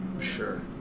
Sure